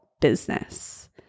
business